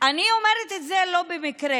אני אומרת את זה לא במקרה.